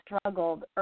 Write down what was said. struggled